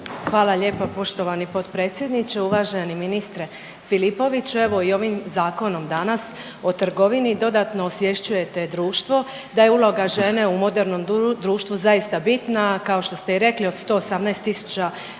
Hvala lijepa poštovani potpredsjedniče, uvaženi ministre Filipović. Evo i ovim zakonom danas o trgovini dodatno osvješćujete društvo, da je uloga žene u modernom društvu zaista bitna kao što ste i rekli od 118 000